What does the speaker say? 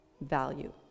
value